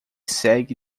segue